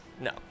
No